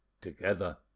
together